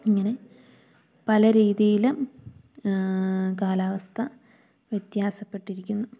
ഇങ്ങനെ പല രീതിയിലും കാലാവസ്ഥ വ്യത്യാസപ്പെട്ടിരിക്കുന്നു